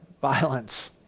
Violence